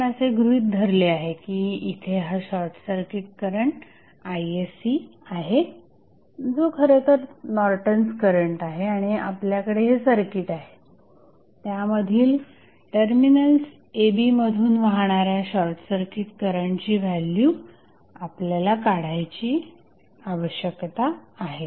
आपण असे गृहीत धरले आहे की इथे हा शॉर्टसर्किट करंट isc आहे जो खरंतर नॉर्टन्स करंट आहे आणि आपल्याकडे हे सर्किट आहे त्यामधील टर्मिनल्स a b मधून वाहणाऱ्या शॉर्टसर्किट करंटची व्हॅल्यू आपल्याला काढण्याची आवश्यकता आहे